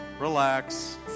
Relax